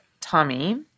Tommy